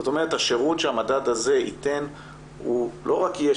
השירות שהמדד הזה ייתן הוא לא רק יהיה